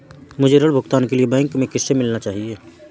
मुझे ऋण भुगतान के लिए बैंक में किससे मिलना चाहिए?